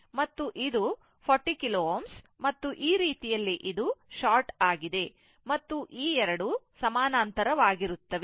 ಮತ್ತು ಇದು 40 KΩ ಮತ್ತು ಈ ರೀತಿಯಲ್ಲಿ ಇದು ಶಾರ್ಟ್ ಆಗಿದೆ ಮತ್ತು ಈ ಎರಡೂ ಸಮಾನಾಂತರವಾಗಿರುತ್ತವೆ